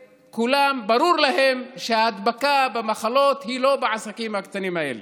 וברור לכולם שההדבקה במחלות היא לא בעסקים הקטנים האלה.